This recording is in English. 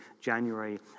January